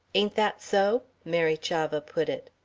ain't that so? mary chavah put it.